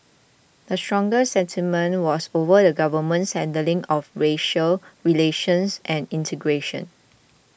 the strongest sentiment was over the Government's handling of racial relations and integration